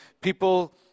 people